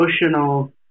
emotional